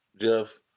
Jeff